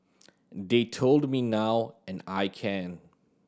they told me now and I can